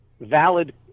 valid